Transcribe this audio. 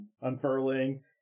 unfurling